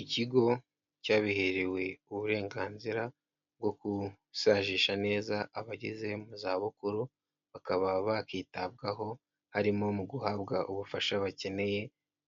Ikigo cyabiherewe uburenganzira bwo gusajisha neza abageze mu zabukuru, bakaba bakitabwaho, harimo mu guhabwa ubufasha bakeneye